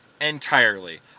Entirely